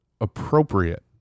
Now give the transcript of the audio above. appropriate